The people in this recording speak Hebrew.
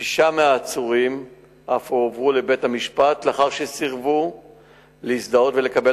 שישה מהעצורים אף הועברו לבית-המשפט לאחר שסירבו להזדהות ולקבל